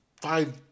five